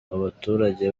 abaturage